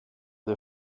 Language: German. der